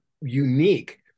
unique